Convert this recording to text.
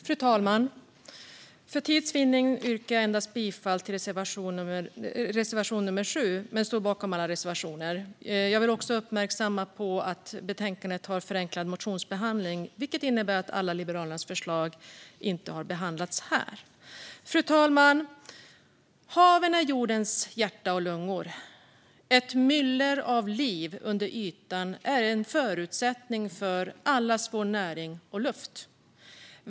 Fru talman! För tids vinnande yrkar jag bifall endast till reservation nr 7 men står bakom alla reservationer. Jag vill också uppmärksamma att betänkandet har förenklad motionsbehandling, vilket innebär att alla Liberalernas förslag inte har behandlats här. Fru talman! Haven är jordens hjärta och lungor. Ett myller av liv under ytan är en förutsättning för allas vår näring och luft.